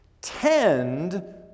tend